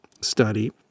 study